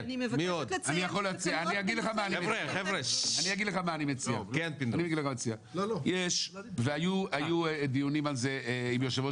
אגיד לך מה אני מציע: היו דיונים על זה עם יושב-ראש